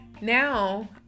Now